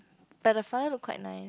but the fire look quite nice